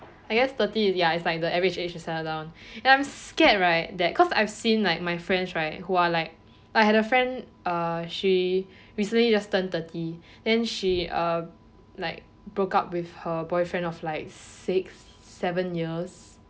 I guess thirty ya is like the average age to settle down and I'm scared right that cause I've seen like my friends right who are like I had a friend uh she recently just turn thirty then she uh like broke up with her boyfriend of like six seven years